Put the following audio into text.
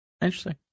interesting